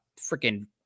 freaking –